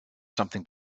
something